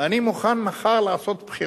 אני מוכן מחר לעשות בחירות.